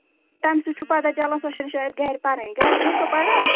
تَمہِ سۭتۍ چھُ پَتہٕ چَلان سۄ چھَنہٕ شاید گرِ پَرانٕے گرِ چھےٚ سۄ پَران